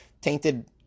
Tainted